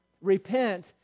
Repent